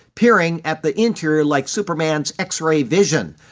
peering at the interior like superman's x-ray vision.